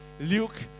Luke